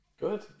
Good